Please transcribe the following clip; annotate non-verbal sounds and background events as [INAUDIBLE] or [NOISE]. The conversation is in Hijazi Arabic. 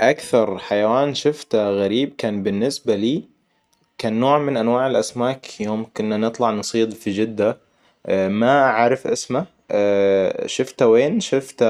أكثر حيوان شفته غريب كان بالنسبة لي كان نوع من أنواع الأسماك يوم كنا نطلع نصيد في جدة ما اعرف اسمه [HESITATION] شفته وين شفته